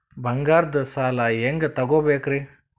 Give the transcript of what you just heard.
ಬಂಗಾರದ್ ಸಾಲ ಹೆಂಗ್ ತಗೊಬೇಕ್ರಿ?